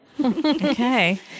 Okay